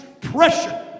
pressure